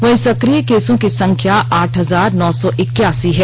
जबकि सक्रिय केसों की संख्या आठ हजार नौ सौ इक्यासी है